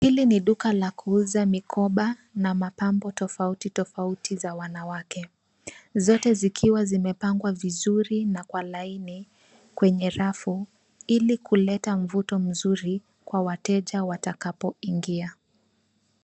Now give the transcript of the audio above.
Hili ni duka la kuuza mikoba na mapambo tofauti tofauti za wanawake zote zikiwa zimepangwa vizuri na kwa laini kwenye rafu ili kuleta mvuto mzuri kwa wateja watakapoingia.